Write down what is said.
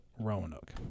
Roanoke